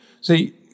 See